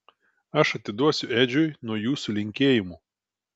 aš atiduosiu edžiui nuo jūsų linkėjimų